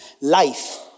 life